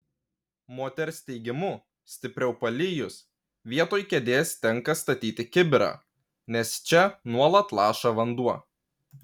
moters teigimu stipriau palijus vietoj kėdės tenka statyti kibirą nes čia nuolat laša vanduo